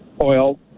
oil